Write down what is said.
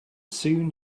soon